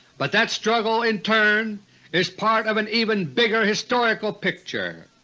but that struggle in turn is part of an even bigger historical picture.